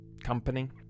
company